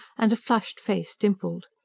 and a flushed face dimpled.